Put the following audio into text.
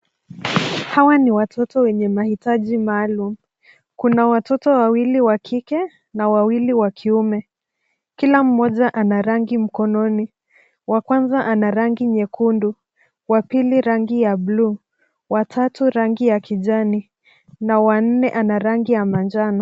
Hawa ni watoto wenye mahitaji maalum. Kuna watoto wawili wa kike na wawili wa kiume. Kila mmoja ana rangi mkononi. Wa kwanza ana rangi nyekundu, wa pili rangi ya buluu, wa tatu rangi ya kijani na wanne ana rangi ya manjano.